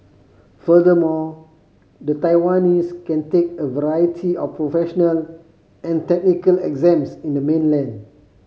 furthermore the Taiwanese can take a variety of professional and technical exams in the mainland